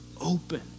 open